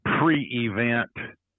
pre-event